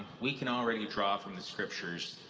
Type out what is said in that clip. we can already draw from the scriptures